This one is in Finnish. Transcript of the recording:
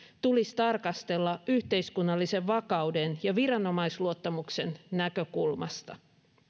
tulisi tarkastella yhteiskunnallisen vakauden ja viranomaisluottamuksen näkökulmasta